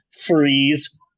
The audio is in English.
freeze